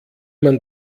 man